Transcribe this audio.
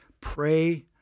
pray